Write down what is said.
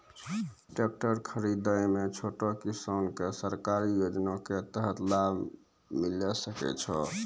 Tractor खरीदै मे छोटो किसान के सरकारी योजना के तहत लाभ मिलै सकै छै?